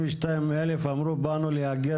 22,000 אמרו שהם באו במטרה להגר